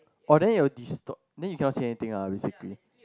oh then it will then you cannot see anything lah basically